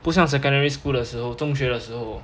不像 secondary school 的时候中学的时候